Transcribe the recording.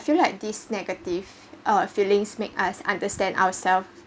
I feel like this negative uh feelings makes us understand ourselves